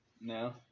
No